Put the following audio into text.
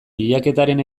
bilaketaren